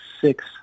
six